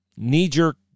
knee-jerk